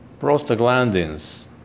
Prostaglandins